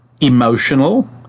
emotional